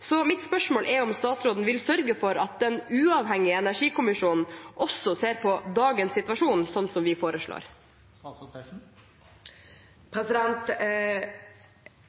Så mitt spørsmål er: Vil statsråden sørge for at den uavhengige energikommisjonen også ser på dagens situasjon, slik vi foreslår?